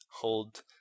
hold